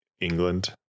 England